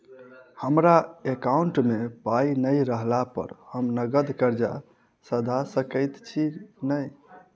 हमरा एकाउंट मे पाई नै रहला पर हम नगद कर्जा सधा सकैत छी नै?